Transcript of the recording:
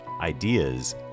ideas